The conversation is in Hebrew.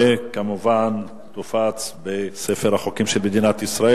וכמובן תופץ בספר החוקים של מדינת ישראל.